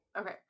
okay